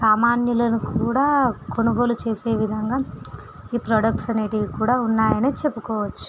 సామాన్యులను కూడా కొనుగోలు చేసే విధంగా ఈ ప్రొడక్ట్స్ అనేవి కూడా ఉన్నాయని చెప్పుకోవచ్చు